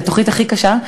זו התוכנית הכי קשה.